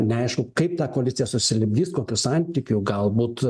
neaišku kaip ta koalicija susilipdys kokiu santykiu galbūt